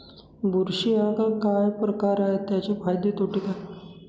बुरशी हा काय प्रकार आहे, त्याचे फायदे तोटे काय?